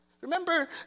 Remember